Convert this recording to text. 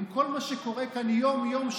עם כל מה שקורה כאן יום-יום,